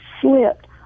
slipped